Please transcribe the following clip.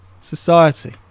Society